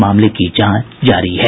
मामले की जांच जारी है